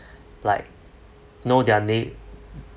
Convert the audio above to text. like no their neigh~